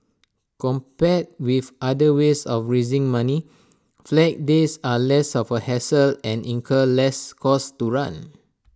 compared with other ways of raising money Flag Days are less of hassle and incur less cost to run